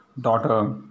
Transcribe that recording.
daughter